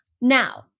Now